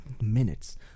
minutes